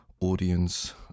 audience